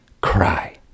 cry